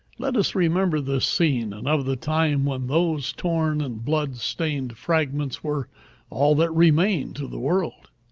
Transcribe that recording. let us remember this scene and of the time when those torn and blood-stained fragments were all that remained to the world.